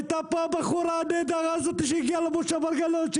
הייתה פה הבחורה הנהדרת הזאת שהגיעה למושב מרגליות,